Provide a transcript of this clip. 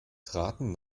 traten